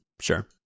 sure